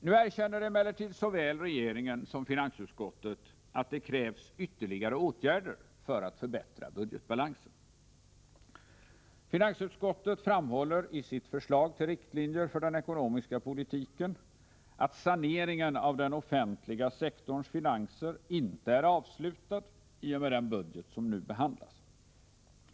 Nu erkänner emellertid såväl regeringen som finansutskottet att det krävs ytterligare åtgärder för att förbättra budgetbalansen. Finansutskottets majoritet framhåller i sitt förslag till riktlinjer för den ekonomiska politiken att saneringen av den offentliga sektorns finanser inte är avslutad i och med den budget som nu behandlas.